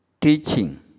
Teaching